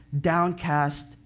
downcast